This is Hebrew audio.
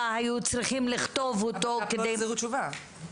היו צריכים לכתוב אותו --- הבט"פ לא החזיר תשובה.